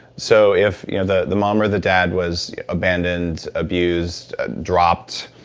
so if you know the the mom or the dad was abandoned, abused, dropped,